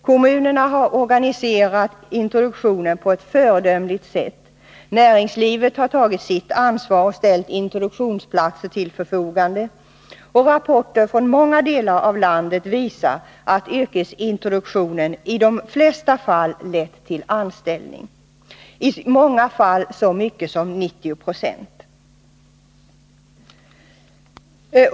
Kommunerna har organiserat introduktionen på ett föredömligt sätt, näringslivet har tagit sitt ansvar och ställt introduktionsplatser till förfogande, och rapporten från många delar av landet visar att yrkesintroduktionen i de flesta fall lett till anställning — ofta i så stor utsträckning som 90 Ho.